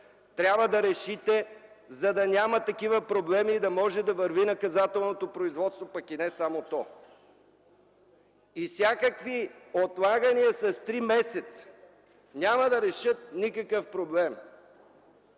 трябва да решите, за да няма такива проблеми и да може да върви наказателното производство, пък и не само то. Всякакви отлагания с три месеца няма да решат никакъв проблем.